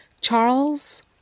Charles